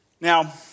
Now